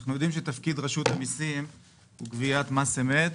אנחנו יודעים שתפקיד רשות המיסים הוא גביית מס אמת.